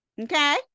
Okay